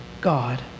God